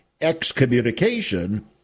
excommunication